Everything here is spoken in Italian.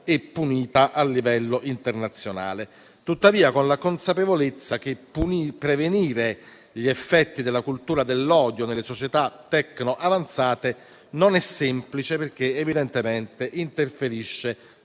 punita a livello internazionale. Con la consapevolezza però che prevenire gli effetti della cultura dell'odio nelle società tecno avanzate non è semplice perché evidentemente ciò interferisce